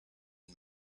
and